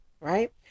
right